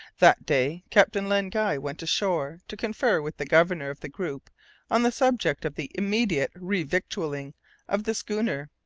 that day captain len guy went ashore, to confer with the governor of the group on the subject of the immediate re-victualling of the schooner.